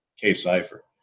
K-cipher